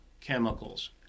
chemicals